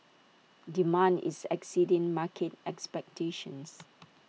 demand is exceeding market expectations